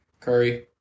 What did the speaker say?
Curry